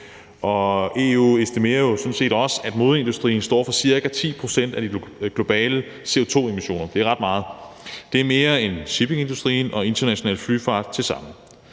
set også, at modeindustrien står for ca. 10 pct. af de globale CO2-emissioner – det er ret meget. Det er mere end shippingindustrien og international flyfart tilsammen.